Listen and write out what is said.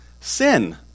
sin